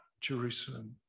Jerusalem